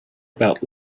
about